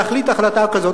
להחליט החלטה כזאת,